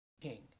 king